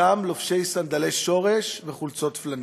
אותם לובשי סנדלי שורש וחולצות פלנל.